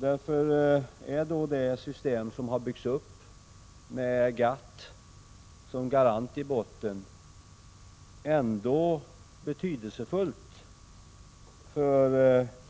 Därför är det system som har byggts upp med GATT som garant ändå betydelsefullt,